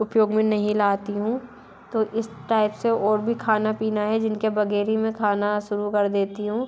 उपयोग में नहीं लाती हूँ तो इस टाइप से और भी खाना पीना है जिन के बग़ैर ही मैं खाना शुरू कर देती हूँ